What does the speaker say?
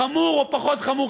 חמור או פחות חמור,